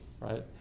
right